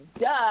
Duh